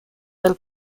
del